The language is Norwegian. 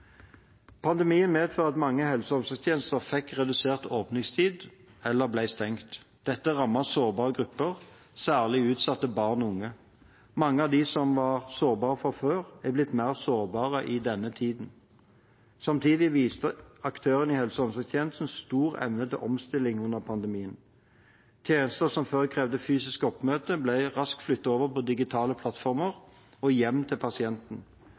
Pandemien medførte at mange helse- og omsorgstjenester fikk redusert åpningstid eller ble stengt. Dette rammet sårbare grupper, særlig utsatte barn og unge. Mange av dem som var sårbare fra før, er blitt mer sårbare i denne tiden. Samtidig viste aktørene i helse- og omsorgstjenesten stor evne til omstilling under pandemien. Tjenester som før krevde fysisk oppmøte, ble raskt flyttet over på digitale plattformer og hjem til pasienten.